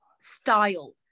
style